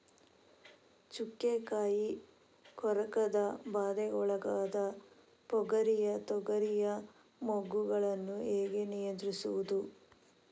ಚುಕ್ಕೆ ಕಾಯಿ ಕೊರಕದ ಬಾಧೆಗೊಳಗಾದ ಪಗರಿಯ ತೊಗರಿಯ ಮೊಗ್ಗುಗಳನ್ನು ಹೇಗೆ ನಿಯಂತ್ರಿಸುವುದು?